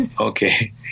Okay